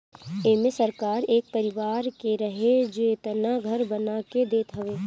एमे सरकार एक परिवार के रहे जेतना घर बना के देत हवे